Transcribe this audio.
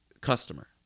customer